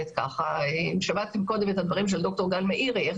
שכמה מהן נראו הזויות משם והיום אנחנו כאן וזה